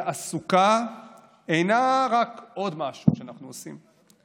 תעסוקה אינה רק עוד משהו שאנחנו עושים.